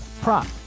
prop